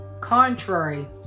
contrary